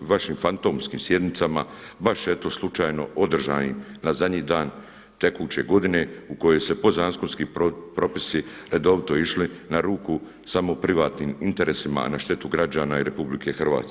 vašim fantomskim sjednicama, vaš eto slučajno održanim na zadnji dan tekuće godine u kojoj se podzakonski propisi redovito išli na ruku samo privatnim interesima, a na štetu građana i RH.